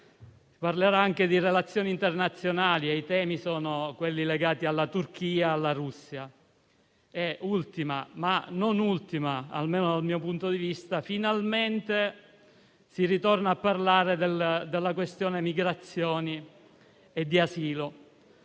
Si parlerà anche di relazioni internazionali: i temi sono quelli legati alla Turchia e alla Russia. Ultima, ma non ultima (almeno dal mio punto di vista), finalmente si ritorna a parlare della questione migrazioni e asilo.